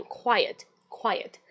quiet,quiet